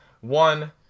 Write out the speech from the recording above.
one